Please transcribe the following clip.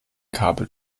kabel